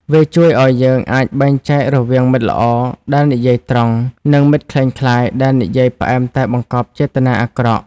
វាជួយឱ្យយើងអាចបែងចែករវាងមិត្តល្អដែលនិយាយត្រង់ និងមិត្តក្លែងក្លាយដែលនិយាយផ្អែមតែបង្កប់ចេតនាអាក្រក់។